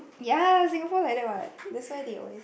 ya Singapore like that one that's why the always